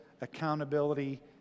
accountability